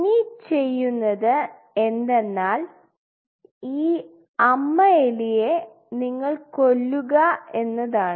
ഇനി ചെയ്യുന്നത് എന്തെന്നാൽ ഈ അമ്മ എലിയെ നിങ്ങൾ കൊല്ലുക എന്നതാണ്